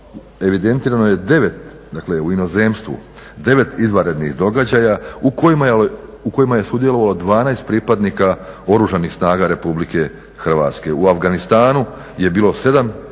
evidentirano je 9 dakle u inozemstvu, 9 izvanrednih događaja u kojima je sudjelovalo 12 pripadnika Oružanih snaga RH. U Afganistanu je bilo 7 izvanrednih